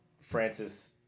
Francis